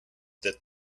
that